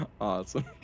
Awesome